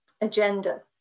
agenda